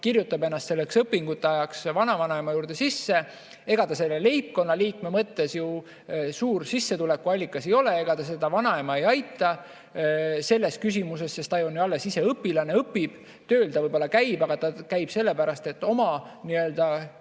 kirjutab ennast õpingute ajaks vanavanema juurde sisse. Ega ta selle leibkonnaliikme mõttes ju suur sissetulekuallikas ei ole, ega ta seda vanaema ei aita selles küsimuses, sest ta on ju ise alles õpilane, õpib, tööl ta võib-olla käib, aga ta käib sellepärast, et oma elukulud